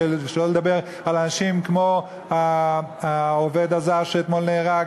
שלא לדבר על אנשים כמו העובד הזר שאתמול נהרג,